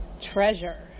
treasure